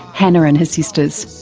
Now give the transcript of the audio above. hannah and her sisters.